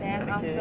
okay